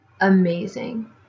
amazing